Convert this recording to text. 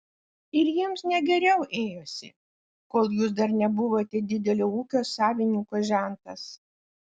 ir jiems ne geriau ėjosi kol jūs dar nebuvote didelio ūkio savininko žentas